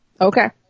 Okay